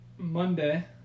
monday